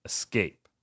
Escape